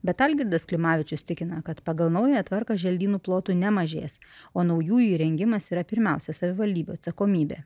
bet algirdas klimavičius tikina kad pagal naująją tvarką želdynų plotų nemažės o naujų įrengimas yra pirmiausia savivaldybių atsakomybė